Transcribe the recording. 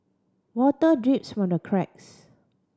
water drips from the cracks